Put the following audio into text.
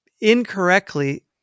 incorrectly